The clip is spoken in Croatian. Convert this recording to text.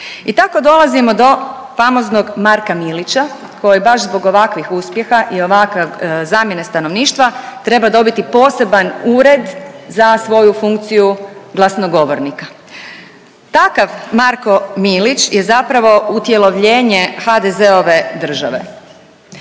I tako dolazimo do famoznog Marka Milića koji zbog ovakvih uspjeha i ovakve zamjene stanovništva treba dobiti poseban ured za svoju funkciju glasnogovornika. Takav Marko Milić je zapravo utjelovljenje HDZ-ove države.